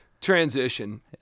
transition